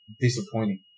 disappointing